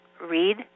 read